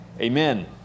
Amen